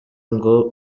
ngo